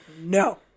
no